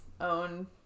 own